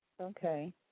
Okay